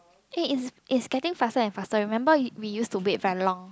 eh is is getting faster and faster remember we used to wait very long